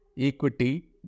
equity